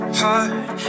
heart